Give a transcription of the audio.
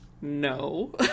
No